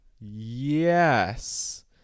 Yes